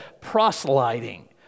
proselyting